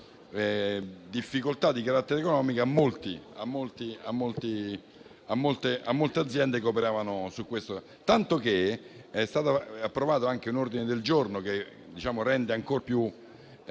difficoltà di carattere economico a molte aziende che operano nel settore. Ricordo che è stato approvato anche un ordine del giorno che rende ancor più